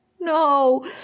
No